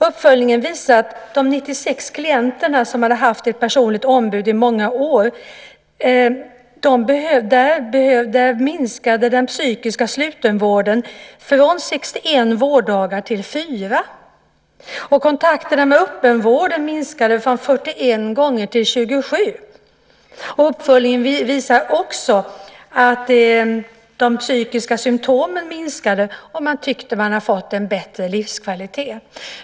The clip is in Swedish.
Uppföljningen visar att för de 96 klienter som hade haft ett personligt ombud i många år minskade den psykiska slutenvården från 61 till 4 vårddagar. Kontakterna med öppenvården minskade från 41 till 27 gånger. Uppföljningen visar också att de psykiska symtomen minskade, och klienterna tyckte att de hade fått en bättre livskvalitet.